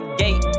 gate